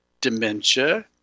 dementia